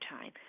Time